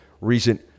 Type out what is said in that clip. recent